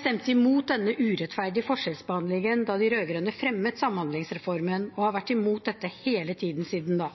stemte imot denne urettferdige forskjellsbehandlingen da de rød-grønne fremmet samhandlingsreformen, og har vært imot dette hele tiden siden da.